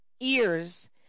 ears